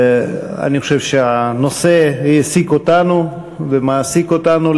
אני חושב שהנושא הזה העסיק ומעסיק אותנו,